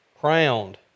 crowned